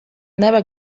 never